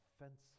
offensive